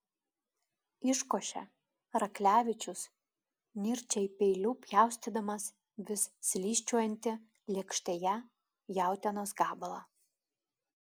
iškošė raklevičius nirčiai peiliu pjaustydamas vis slysčiojantį lėkštėje jautienos gabalą